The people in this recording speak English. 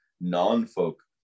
non-folk